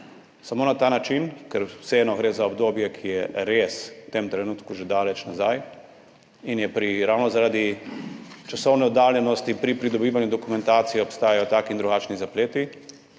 Samo na ta način, ker vseeno gre za obdobje, ki je res v tem trenutku že daleč nazaj, in ravno zaradi časovne oddaljenosti pri pridobivanju dokumentacije obstajajo taki in drugačni zapleti,